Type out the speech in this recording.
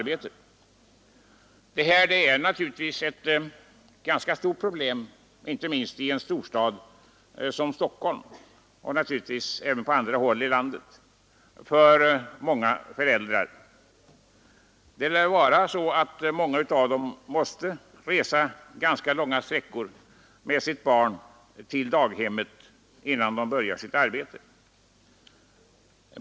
Detta är ett ganska stort problem för många föräldrar, inte minst i en storstad som Stockholm men naturligtvis även på andra håll i landet. Det lär vara så att många föräldrar måste resa ganska långa sträckor med sitt barn till daghemmet innan de börjar sitt arbete.